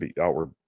outward